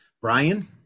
Brian